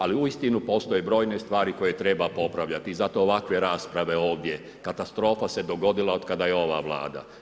Ali uistinu postoje brojne stvari koje treba popravljati i zato ovakve rasprave ovdje, katastrofa se dogodila otkada je ova Vlada.